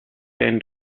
end